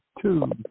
two